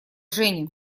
женя